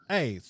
Hey